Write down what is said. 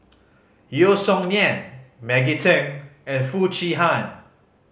Yeo Song Nian Maggie Teng and Foo Chee Han